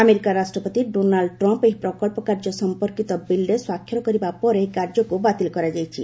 America ରାଷ୍ଟ୍ରପତି Donald Trump ଏହି ପ୍ରକଳ୍ପ କାର୍ଯ୍ୟ ସଂପର୍କିତ ବିଲ୍ରେ ସ୍ୱାକ୍ଷର କରିବା ପରେ ଏହି କାର୍ଯ୍ୟକୁ ବାତିଲ କରାଯାଇଛି